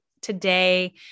today